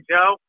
Joe